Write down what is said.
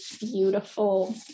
beautiful